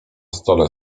stole